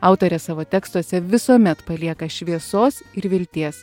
autorė savo tekstuose visuomet palieka šviesos ir vilties